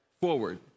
forward